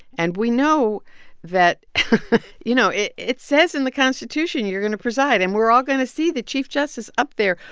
and we know that you know, it it says in the constitution, you're going to preside, and we're all going to see the chief justice up there,